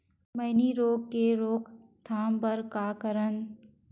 मैनी रोग के रोक थाम बर का करन?